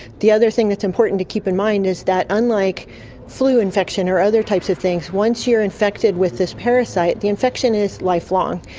the other thing that's important to keep in mind is that unlike flu infection or other types of things, once you're infected with this parasite, the infection is lifelong.